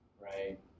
right